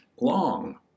long